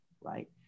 right